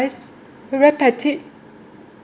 very petite